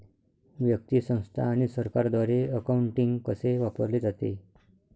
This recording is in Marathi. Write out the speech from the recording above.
व्यक्ती, संस्था आणि सरकारद्वारे अकाउंटिंग कसे वापरले जाते